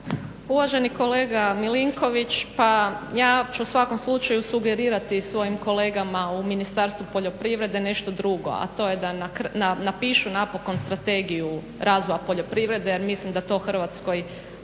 Uvaženi kolega Milinković, pa ja ću u svakom slučaju sugerirati svojim kolegama u Ministarstvu poljoprivrede nešto drugo, a to je da napišu napokon strategiju razvoja poljoprivrede jer mislim da to Hrvatskoj